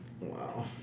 Wow